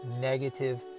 Negative